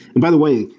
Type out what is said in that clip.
and by the way,